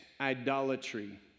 idolatry